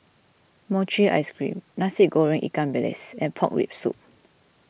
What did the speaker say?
Mochi Ice Cream Nasi Goreng Ikan Bilis and Pork Rib Soup